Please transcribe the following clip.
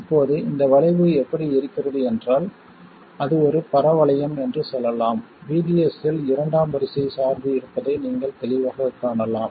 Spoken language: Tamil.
இப்போது இந்த வளைவு எப்படி இருக்கிறது என்றால் அது ஒரு பரவளையம் என்று சொல்லும் VDS இல் இரண்டாம் வரிசை சார்பு இருப்பதை நீங்கள் தெளிவாகக் காண்கிறீர்கள்